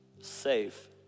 safe